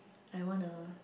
I want a